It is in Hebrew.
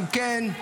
אם כן,